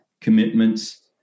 commitments